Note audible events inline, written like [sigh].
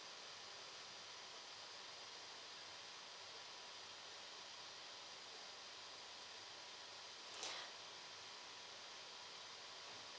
[breath]